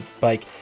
bike